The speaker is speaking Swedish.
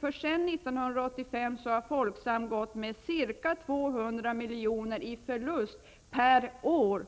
för Sedan 1985 har Folksams kollektiva hemförsäkringar gått med ca 200 milj.kr. i förlust per år.